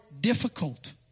difficult